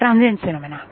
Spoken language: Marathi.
transients phenomenon